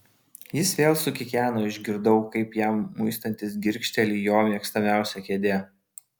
jis vėl sukikeno išgirdau kaip jam muistantis girgžteli jo mėgstamiausia kėdė